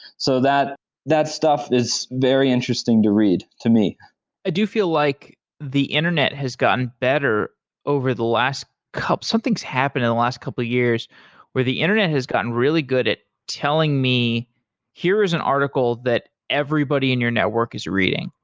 so that that stuff is very interesting to read to me i do feel like the internet has gotten better over the last something has happened in the last couple years where the internet has gotten really good at telling me here's an article that everybody in your network is reading.